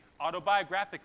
autobiographically